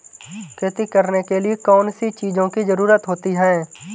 खेती करने के लिए कौनसी चीज़ों की ज़रूरत होती हैं?